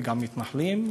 וגם המתנחלים,